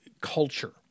culture